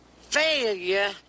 failure